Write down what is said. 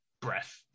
breath